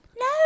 No